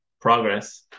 progress